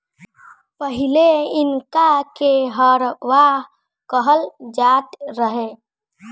पहिले इनका के हरवाह कहल जात रहे